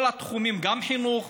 חינוך,